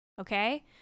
okay